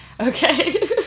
Okay